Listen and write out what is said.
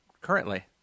currently